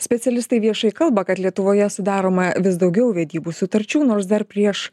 specialistai viešai kalba kad lietuvoje sudaroma vis daugiau vedybų sutarčių nors dar prieš